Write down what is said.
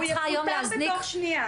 דנה: חד משמעית, הוא יפוטר בתוך שנייה.